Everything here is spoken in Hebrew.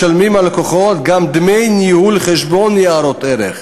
הלקוחות משלמים גם דמי ניהול חשבון ניירות ערך.